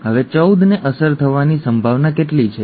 હવે ૧૪ ને અસર થવાની સંભાવના કેટલી છે